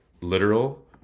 literal